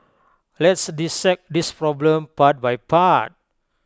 let's dissect this problem part by part